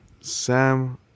Sam